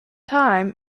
time